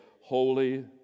Holy